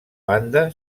banda